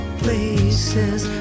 places